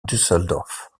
düsseldorf